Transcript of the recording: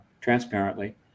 transparently